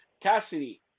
Cassidy